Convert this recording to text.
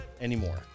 anymore